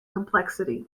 complexity